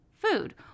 food